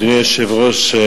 אדוני היושב-ראש,